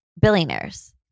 billionaires